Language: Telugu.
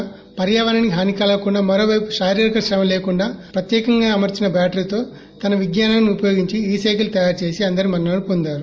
ఈ మధ్య క్రోత్తగా పర్యావరణానికి హాని కలుగకుండా మరోపైపు శారీరక శ్రమ లేకుండా తాను ప్రత్యేకంగా అమర్చిన బ్యాటరి తో తన విజ్ఞానాన్ని ఉపయోగించి ఈ సైకిల్ తయారు చేసి అందరి మన్న నలు పొందారు